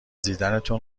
دیدنتون